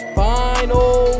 final